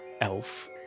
elf